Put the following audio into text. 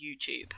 YouTube